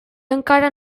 encara